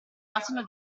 asino